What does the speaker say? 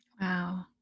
Wow